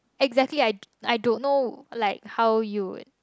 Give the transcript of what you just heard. exactly I don't know like how you